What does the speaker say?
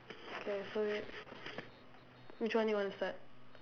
K so which one you want to start